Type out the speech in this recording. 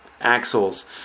axles